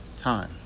Time